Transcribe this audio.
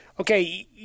Okay